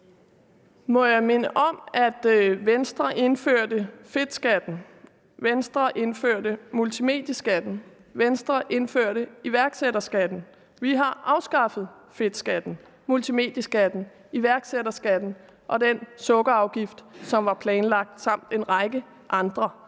Må jeg minde om, at Venstre indførte fedtskatten, Venstre indførte multimedieskatten, og Venstre indførte iværksætterskatten. Vi afskaffede fedtskatten, multimedieskatten, iværksætterskatten og den sukkerafgift, som var planlagt, samt en række andre.